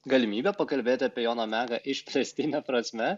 galimybę pakalbėt apie joną meką išplėstine prasme